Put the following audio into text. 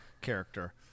character